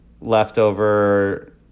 leftover